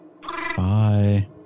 Bye